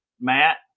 Matt